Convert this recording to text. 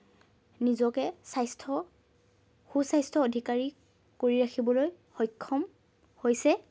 নিজকে স্বাস্থ্য সু স্বাস্থ্যৰ অধিকাৰী কৰি ৰাখিবলৈ সক্ষম হৈছে